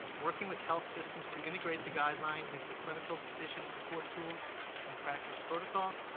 working with health systems to integrate the guideline into clinical decision support tools and practice protocols,